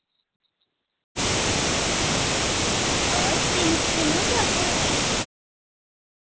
हां तिन तिन बजे आखेआ हा शायद